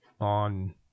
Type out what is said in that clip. on